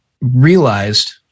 realized